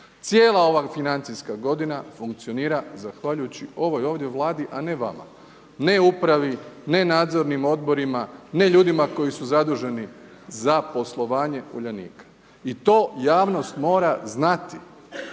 Cijela ova financijska godina funkcionira zahvaljujući ovoj ovdje vladi, a ne vama. Ne upravi, ne nadzornim odborima, ne ljudima koji su zaduženi za poslovanje Uljanika. I to javnost mora znati.